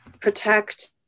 protect